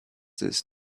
his